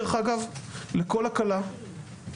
אנחנו נשמח דרך אגב לכל הקלה שתאפשר